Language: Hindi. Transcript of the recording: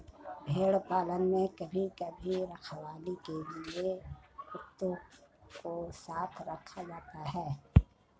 भेड़ पालन में कभी कभी रखवाली के लिए कुत्तों को साथ रखा जाता है